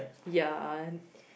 yeah